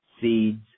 seeds